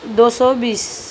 دو سو بیس